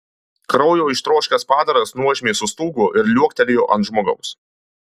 kraujo ištroškęs padaras nuožmiai sustūgo ir liuoktelėjo ant žmogaus